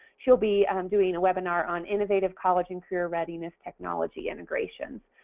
she will be um doing a webinar on innovative college and career readiness technology integration.